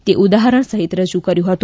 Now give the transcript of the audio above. તે ઉદાહરણ સહિત રજુ કર્યુ હતું